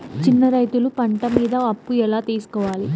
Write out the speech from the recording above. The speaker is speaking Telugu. చిన్న రైతులు పంట మీద అప్పు ఎలా తీసుకోవాలి?